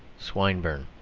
swinburne.